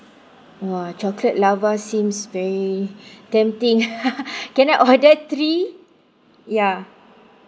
!wow! chocolate lava seems very tempting can I order three ya